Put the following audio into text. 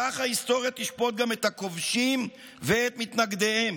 כך ההיסטוריה תשפוט גם את הכובשים ואת מתנגדיהם.